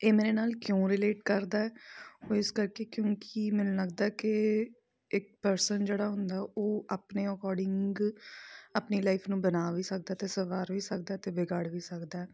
ਇਹ ਮੇਰੇ ਨਾਲ ਕਿਉਂ ਰਿਲੇਟ ਕਰਦਾ ਉਹ ਇਸ ਕਰਕੇ ਕਿਉਂਕਿ ਮੈਨੂੰ ਲੱਗਦਾ ਕਿ ਇੱਕ ਪਰਸਨ ਜਿਹੜਾ ਹੁੰਦਾ ਉਹ ਆਪਣੇ ਅਕੋਡਿੰਗ ਆਪਣੀ ਲਾਈਫ ਨੂੰ ਬਣਾ ਵੀ ਸਕਦਾ ਅਤੇ ਸਵਾਰ ਵੀ ਸਕਦਾ ਅਤੇ ਵਿਗਾੜ ਵੀ ਸਕਦਾ